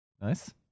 Nice